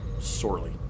Sorely